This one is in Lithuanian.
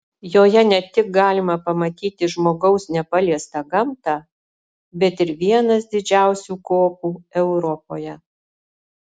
joje ne tik galima pamatyti žmogaus nepaliestą gamtą bet ir vienas didžiausių kopų europoje